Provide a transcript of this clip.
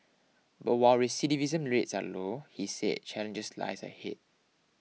but while recidivism rates are low he said challenges lies ahead